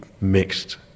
mixed